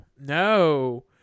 no